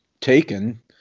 taken